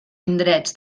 indrets